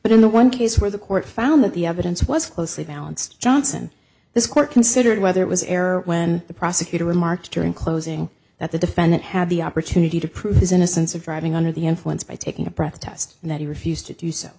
in the one case where the court found that the evidence was closely balanced johnson this court considered whether it was error when the prosecutor remarked during closing that the defendant had the opportunity to prove his innocence or driving under the influence by taking a breath test and that he refused to do so